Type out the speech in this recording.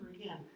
again